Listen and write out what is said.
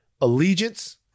allegiance